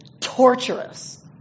torturous